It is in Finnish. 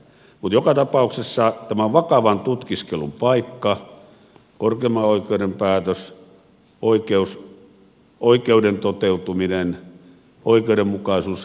joka tapauksessa tämä on vakavan tutkiskelun paikka korkeimman oikeus päätös oikeus oikeuden toteutuminen oikeudenmukaisuus